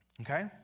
Okay